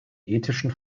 ethischen